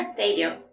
Stadium